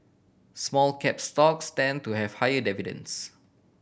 small cap stocks tend to have higher dividends